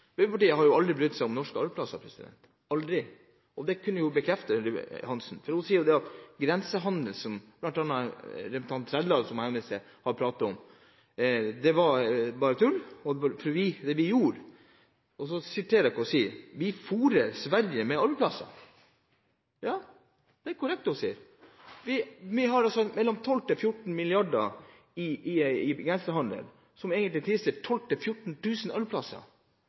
Arbeiderpartiet har jo aldri brydd seg om norske arbeidsplasser, og det kunne jo Hansen bekrefte, for hun sier at grensehandelen – som bl.a. representanten Trældal har pratet om – bare var tull. Så sier hun: Vi fôrer Sverige med arbeidsplasser. Ja, det er korrekt å si det. Vi har altså mellom 12 og 14 mrd. kr i grensehandel, som egentlig